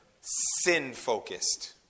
sin-focused